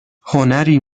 هنری